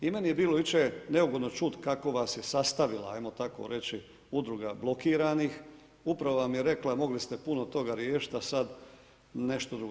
I meni je bilo jučer neugodno čuti kako vas je sastavila, ajmo tako reći Udruga blokiranih, upravo vam je rekla mogli ste puno toga riješiti, a sad nešto drugo.